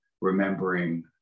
remembering